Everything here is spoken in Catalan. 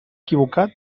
equivocat